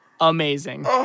Amazing